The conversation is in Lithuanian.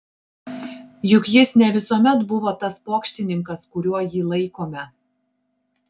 juk jis ne visuomet buvo tas pokštininkas kuriuo jį laikome